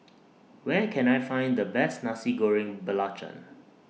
Where Can I Find The Best Nasi Goreng Belacan